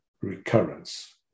recurrence